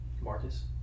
marcus